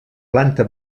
planta